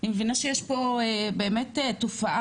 אני מבינה שיש פה באמת תופעה,